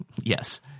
Yes